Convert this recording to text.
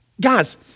Guys